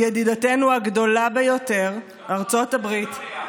ידידתנו הגדולה ביותר, ארצות הברית, היסטוריה.